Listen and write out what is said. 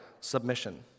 submission